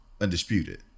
Undisputed